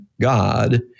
God